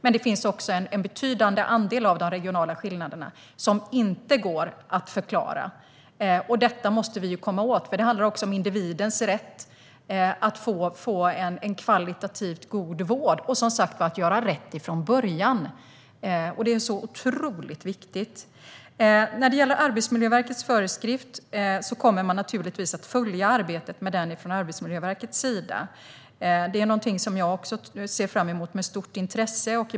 Men det finns också en betydande andel av de regionala skillnaderna som inte går att förklara. Detta måste vi komma åt, för det handlar också om individens rätt att få en kvalitativt god vård och att, som sagt, göra rätt från början. Det är så otroligt viktigt. Arbetet med Arbetsmiljöverkets föreskrift kommer man naturligtvis att följa från Arbetsmiljöverkets sida. Det är något som jag också ser fram emot med stort intresse.